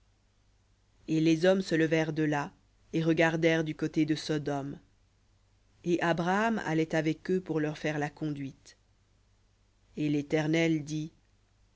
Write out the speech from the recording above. et les hommes se levèrent de là et regardèrent du côté de sodome et abraham allait avec eux pour leur faire la conduite et l'éternel dit